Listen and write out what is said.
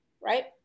right